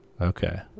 Okay